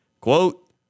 Quote